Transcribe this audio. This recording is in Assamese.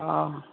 অঁ